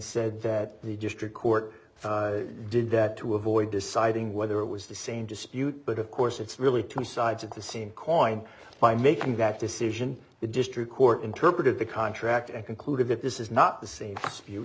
said that the district court did that to avoid deciding whether it was the same dispute but of course it's really two sides of the same coin by making that decision the district court interpreted the contract and concluded that this is not the same